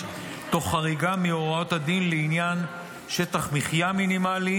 תוך חריגה מהוראות הדין לעניין שטח מחיה מינימלי,